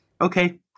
Okay